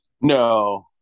No